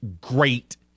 great